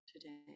today